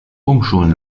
umschulen